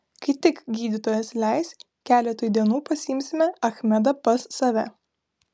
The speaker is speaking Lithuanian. kai tik gydytojas leis keletui dienų pasiimsime achmedą pas save